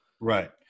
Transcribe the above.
Right